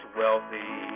wealthy